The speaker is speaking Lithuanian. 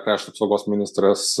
krašto apsaugos ministras